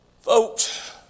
Folks